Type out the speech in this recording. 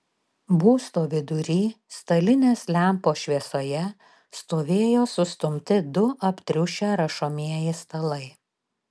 būsto vidury stalinės lempos šviesoje stovėjo sustumti du aptriušę rašomieji stalai